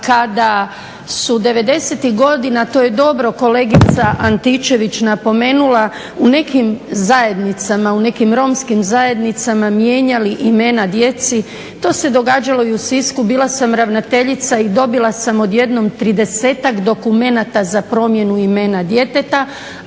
devedesetih godina to je dobro kolegica Antičević napomenula u nekim zajednicama, u nekim romskim zajednicama mijenjali imena djeci. To se događala i u Sisku. Bila sam ravnateljica i dobila sam odjednom tridesetak dokumenata za promjenu imena djeteta,